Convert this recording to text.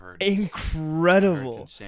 incredible